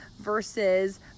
versus